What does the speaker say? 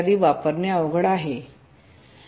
वापरणे अवघड आहे